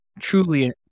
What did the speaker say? truly